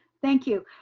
thank you.